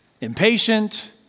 impatient